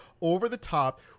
over-the-top